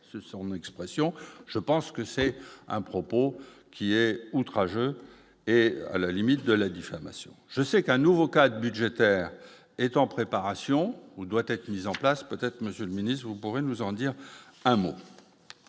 ce son expression, je pense que c'est un propos qui est outrage et à la limite de la diffamation, je sais qu'un nouveau cas budgétaire est en préparation, où doit être mise en place, peut-être Monsieur le Ministre, vous pouvez nous en dire un mot,